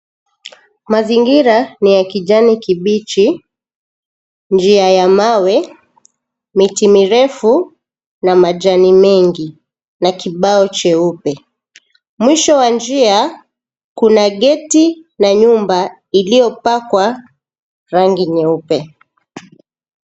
Mazingira ni ya kijani kibichi. Njia ya mawe, miti mirefu na majani mengi na kibao cheupe. Mwisho wa njia kuna gate na nyumba iliopakwa rangi nyeupe.